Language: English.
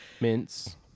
Mints